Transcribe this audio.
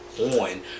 on